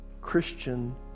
Christian